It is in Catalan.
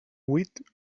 huit